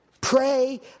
Pray